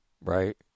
right